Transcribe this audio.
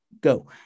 go